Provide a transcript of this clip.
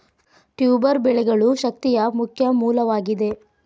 tuber ಬೆಳೆಗಳು ಶಕ್ತಿಯ ಮುಖ್ಯ ಮೂಲವಾಗಿದೆ